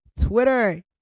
twitter